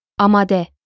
amade